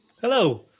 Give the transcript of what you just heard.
Hello